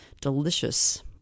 delicious